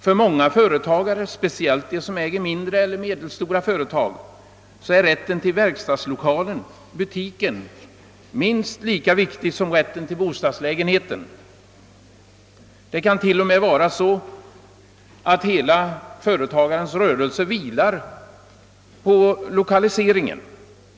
För många företagare, speciellt för dem som äger mindre eller medelstora företag, är rätten till verkstadslokalen eller butiken minst lika viktig som rätten till bostadslägenheten. Det kan t.o.m. förhålla sig så att företagarens hela rörelse vilar på lokaliseringen.